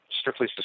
strictly